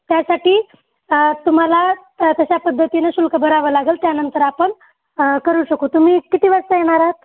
त्यासाठी त तुम्हाला त तशा पद्धतीनं शुल्क भरावं लागंल त्यानंतर आपण करू शकू तुम्ही किती वाजता येणार आहात